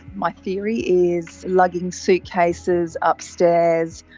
my theory is lugging suitcases upstairs,